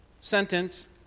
sentence